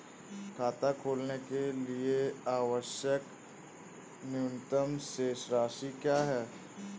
खाता खोलने के लिए आवश्यक न्यूनतम शेष राशि क्या है?